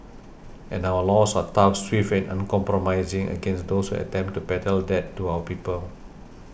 and our laws are tough swift and uncompromising against those who attempt to peddle death to our people